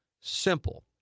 simple